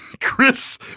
Chris